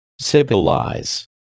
Civilize